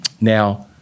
now